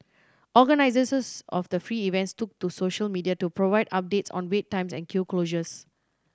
organisers of the free events took to social media to provide updates on wait times and queue closures